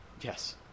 Yes